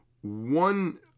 one